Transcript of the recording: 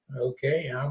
Okay